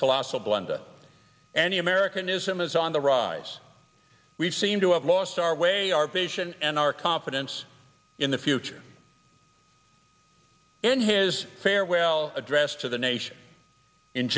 colossal blunder any american ism is on the rise we've seem to have lost our way our vision and our confidence in the future in his farewell address to the nation in